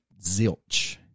zilch